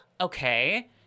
Okay